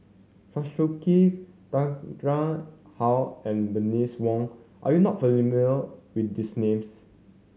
Chew Swee Kee Tan Tarn How and Bernice Wong are you not familiar with these names